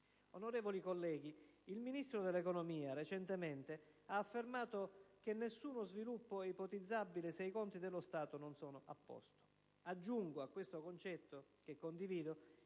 Onorevoli colleghi, il Ministro dell'economia recentemente ha affermato che nessuno sviluppo è ipotizzabile se i conti dello Stato non sono a posto. Aggiungo a questo concetto che condivido